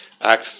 Acts